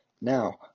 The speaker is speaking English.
Now